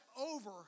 over